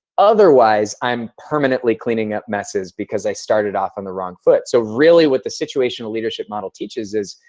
otherwise, i'm permanently cleaning up messes because i started off on the wrong foot. so, really, what the situational leadership model teaches is,